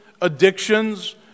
addictions